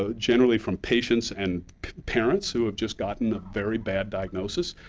ah generally from patients and parents who have just gotten a very bad diagnosis,